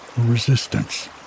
resistance